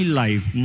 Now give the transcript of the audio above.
life